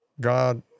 God